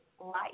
Life